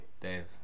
Dave